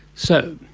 so,